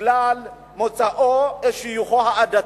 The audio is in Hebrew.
בגלל מוצאו או שיוכו העדתי.